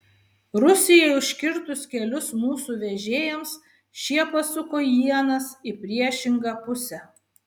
rusijai užkirtus kelius mūsų vežėjams šie pasuko ienas į priešingą pusę